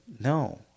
no